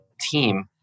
team